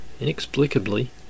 inexplicably